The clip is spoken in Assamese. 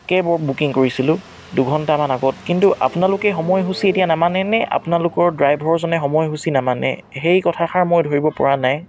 কেবৰ বুকিং কৰিছিলোঁ দুঘণ্টামানৰ আগত কিন্তু আপোনালোক সময়সূচী এতিয়া নামানে নে আপোনালোকৰ ড্ৰাইভাৰজনে সময়সূচী নামানে সেই কথাষাৰ মই ধৰিব পৰা নাই